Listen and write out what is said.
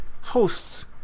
hosts